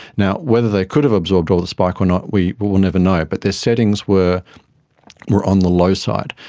now, whether they could have absorbed all the spike or not we will will never know, but their settings were were on the low side.